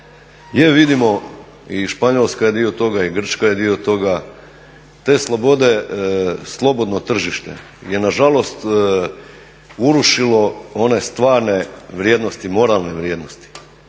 vidimo i Španjolska je dio toga i Grčka je dio toga. Te slobode, slobodno tržište je nažalost urušilo one stvarne vrijednosti moralne vrijednosti.